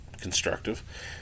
constructive